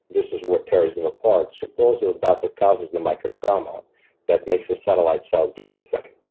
this is what tears them apart. supposedly, that's what causes the micro-trauma that makes satellite cells do their thing.